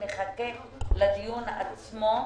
נחכה לדיון עצמו.